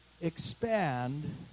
expand